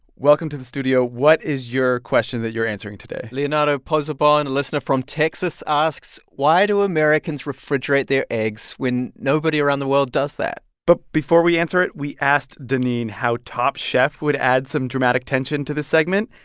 welcome to the studio. what is your question that you're answering today? leonardo pozzobon, listener from texas, asked, why do americans refrigerate their eggs when nobody around the world does that? but before we answer it, we asked doneen how top chef would add some dramatic tension to this segment,